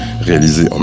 réalisé